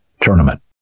tournament